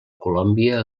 colòmbia